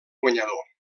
guanyador